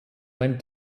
went